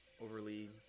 overly